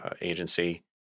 Agency